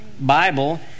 Bible